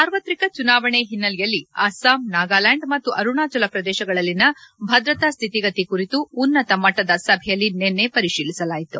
ಸಾರ್ವತ್ರಿಕ ಚುನಾವಣೆ ಹಿನ್ನೆಲೆಯಲ್ಲಿ ಅಸ್ಸಾಂ ನಾಗಾಲ್ಯಾಂಡ್ ಮತ್ತು ಅರುಣಾಚಲ ಪ್ರದೇಶಗಳಲ್ಲಿನ ಭದ್ರತಾ ಸ್ವಿತಿಗತಿ ಕುರಿತು ಉನ್ನತಮಟ್ಟದ ಸಭೆಯಲ್ಲಿ ನಿನ್ನೆ ಪರಿಶೀಲಿಸಲಾಯಿತು